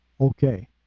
Okay